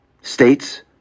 States